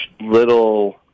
little